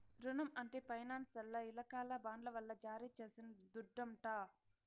రునం అంటే ఫైనాన్సోల్ల ఇలాకాల బాండ్ల వల్ల జారీ చేసిన దుడ్డంట